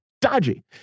dodgy